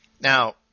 Now